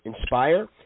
inspire